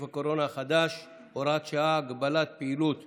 הקורונה החדש (הוראת שעה) (הגבלת היציאה מישראל)